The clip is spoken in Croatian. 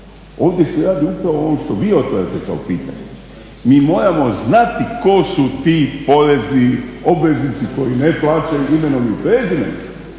ovdje se radi upravo o ovom što vi otvarate kao pitanje. Mi moramo znati tko su ti porezni obveznici koji ne plaćaju imenom i prezimenom